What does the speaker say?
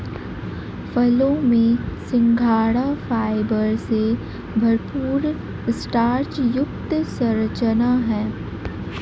फलों में सिंघाड़ा फाइबर से भरपूर स्टार्च युक्त संरचना है